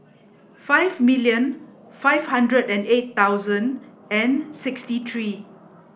five million five hundred and eight thousand and sixty three